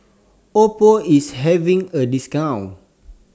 Oppo IS having A discount